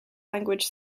language